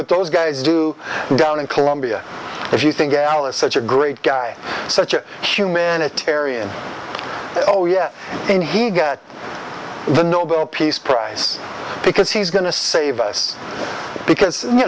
what those guys do down in colombia if you think alice such a great guy such a humanitarian oh yes can he get the nobel peace prize because he's going to save us because you